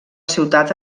ciutat